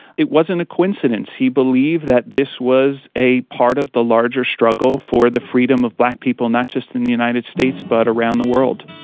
it wasn't a coincidence. he believed that this was a part of the larger struggle for the freedom of black people, not just in united states but around the world.